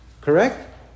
Correct